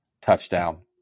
Touchdown